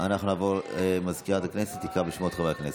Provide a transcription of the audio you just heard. סגנית מזכיר הכנסת תקרא בשמות חברי הכנסת.